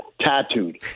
tattooed